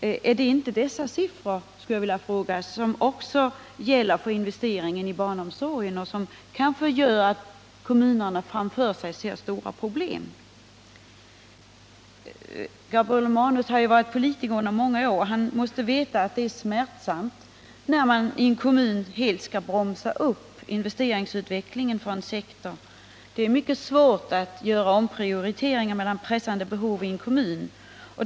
Är det inte dessa siffror — som också gäller för investeringen i barnomsorgen — som gör att kommunerna framför sig ser stora problem? Gabriel Romanus har varit politiker under många år. Han måste veta att det är smärtsamt när man i en kommun helt skall bromsa upp investeringsutvecklingen för en sektor. Det är mycket svårt att göra omprioriteringar mellan pressande behov i en kommun.